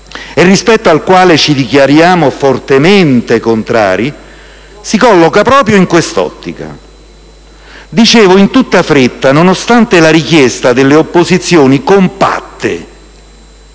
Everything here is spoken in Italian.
e rispetto al quale ci dichiariamo fortemente contrari si colloca proprio in quest'ottica. Dicevo in tutta fretta, nonostante la richiesta delle opposizioni, compatte